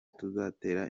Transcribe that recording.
tuzatera